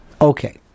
Okay